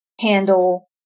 handle